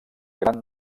gran